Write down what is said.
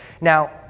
Now